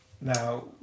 Now